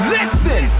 Listen